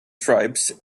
stripes